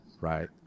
Right